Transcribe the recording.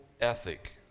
ethic